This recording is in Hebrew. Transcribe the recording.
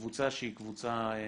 מה יקרה בקבוצה שהיא קבוצה פרטית,